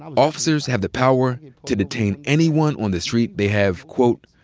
officers have the power to detain anyone on the street they have, quote,